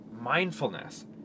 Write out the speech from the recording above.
mindfulness